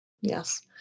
Yes